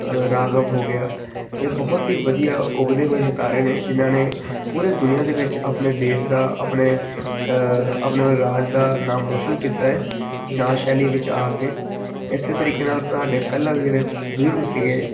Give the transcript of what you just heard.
ਰਾਘਵ ਹੋ ਗਿਆ ਇਹ ਬਹੁਤ ਹੀ ਵਧੀਆ ਉੱਗਦੇ ਹੋਏ ਸਿਤਾਰੇ ਨੇ ਜਿਹਨਾਂ ਨੇ ਪੂਰੇ ਦੁਨੀਆਂ ਦੇ ਵਿੱਚ ਆਪਣੇ ਦੇਸ਼ ਦਾ ਆਪਣੇ ਆਪਣੇ ਆਪਣੇ ਰਾਜ ਦਾ ਨਾਮ ਰੌਸ਼ਨ ਕੀਤਾ ਏ ਨਾਚ ਸ਼ੈਲੀ ਵਿੱਚ ਆ ਕੇ ਇਸੇ ਤਰੀਕੇ ਨਾਲ ਤੁਹਾਡੇ ਪਹਿਲਾਂ ਦੇ ਜਿਹੜੇ ਬਜ਼ੁਰਗ ਸੀਗੇ